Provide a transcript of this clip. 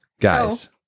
Guys